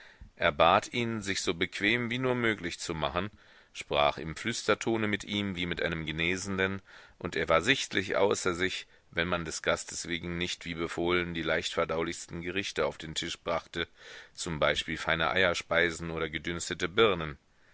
er bat ihn sichs so bequem wie nur möglich zu machen sprach im flüstertone mit ihm wie mit einem genesenden und er war sichtlich außer sich wenn man des gastes wegen nicht wie befohlen die leichtverdaulichsten gerichte auf den tisch brachte zum beispiel feine eierspeisen oder gedünstete birnen